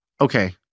okay